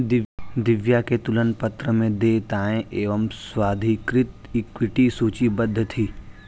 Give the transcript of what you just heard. दिव्या के तुलन पत्र में देयताएं एवं स्वाधिकृत इक्विटी सूचीबद्ध थी